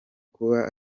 kuba